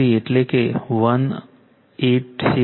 93 એટલે કે 187